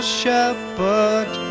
shepherd